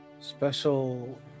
special